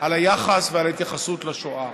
על היחס ועל ההתייחסות לשואה.